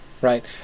right